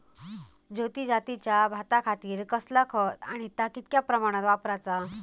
ज्योती जातीच्या भाताखातीर कसला खत आणि ता कितक्या प्रमाणात वापराचा?